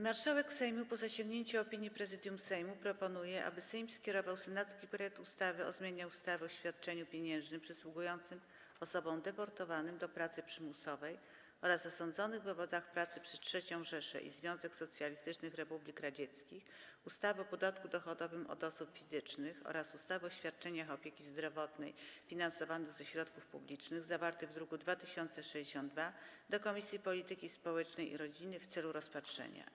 Marszałek Sejmu, po zasięgnięciu opinii Prezydium Sejmu, proponuje, aby Sejm skierował senacki projekt ustawy o zmianie ustawy o świadczeniu pieniężnym przysługującym osobom deportowanym do pracy przymusowej oraz osadzonym w obozach pracy przez III Rzeszę i Związek Socjalistycznych Republik Radzieckich, ustawy o podatku dochodowym od osób fizycznych oraz ustawy o świadczeniach opieki zdrowotnej finansowanych ze środków publicznych, zawarty w druku nr 2062, do Komisji Polityki Społecznej i Rodziny w celu rozpatrzenia.